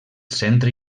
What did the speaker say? centre